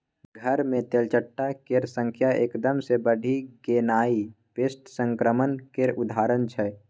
घर मे तेलचट्टा केर संख्या एकदम सँ बढ़ि गेनाइ पेस्ट संक्रमण केर उदाहरण छै